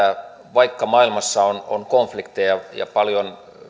vaikka maailmassa on on konflikteja ja ja paljon